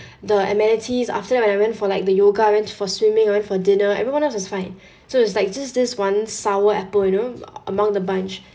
the amenities after that when I went for like the yoga I went for swimming I went for dinner everyone else is fine so it's like just this one sour apple you know among the bunch